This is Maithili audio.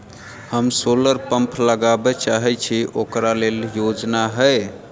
हम सोलर पम्प लगाबै चाहय छी ओकरा लेल योजना हय?